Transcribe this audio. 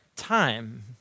time